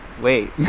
wait